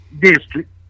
District